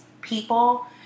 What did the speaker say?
people